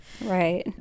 Right